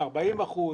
40 אחוזים,